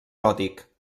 gòtic